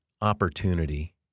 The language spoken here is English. opportunity